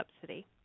subsidy